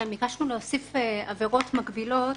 ביקשנו להוסיף עבירות מקבילות,